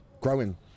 growing